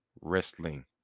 wrestling